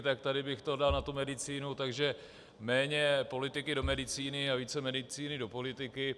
Tak tady bych to dal na tu medicínu, takže méně politiky do medicíny a více medicíny do politiky.